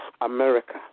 America